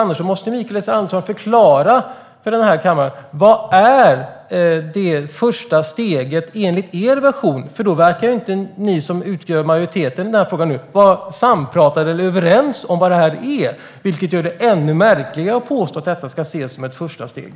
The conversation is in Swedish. Annars måste Mikael Eskilandersson förklara för kammaren vad det första steget är enligt er version. Ni som utgör majoriteten i frågan verkar inte vara sampratade eller överens om vad den innebär, vilket gör det ännu märkligare att påstå att den ska ses som ett första steg.